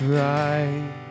right